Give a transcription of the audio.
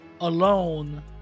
alone